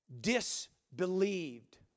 disbelieved